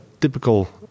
typical